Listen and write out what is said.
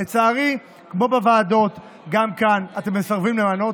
לצערי, כמו בוועדות, גם כאן אתם מסרבים למנות,